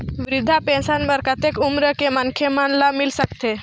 वृद्धा पेंशन बर कतेक उम्र के मनखे मन ल मिल सकथे?